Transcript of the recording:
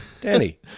Danny